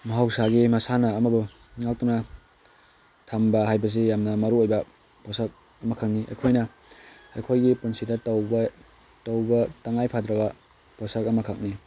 ꯃꯍꯧꯁꯥꯒꯤ ꯃꯁꯥꯟꯅ ꯑꯃꯕꯨ ꯉꯥꯛꯇꯨꯅ ꯊꯝꯕ ꯍꯥꯏꯕꯁꯤ ꯌꯥꯝꯅ ꯃꯔꯨ ꯑꯣꯏꯕ ꯄꯣꯠꯁꯛ ꯑꯃꯈꯛꯅꯤ ꯑꯩꯈꯣꯏꯅ ꯑꯩꯈꯣꯏꯒꯤ ꯄꯨꯟꯁꯤꯗ ꯇꯧꯕ ꯇꯉꯥꯏ ꯐꯗ꯭ꯔꯕ ꯄꯣꯠꯁꯛ ꯑꯃꯈꯛꯅꯤ